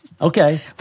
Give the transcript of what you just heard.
Okay